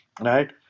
right